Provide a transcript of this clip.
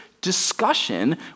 discussion